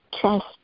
trust